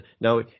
Now